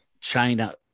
China